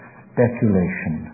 speculation